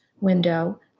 window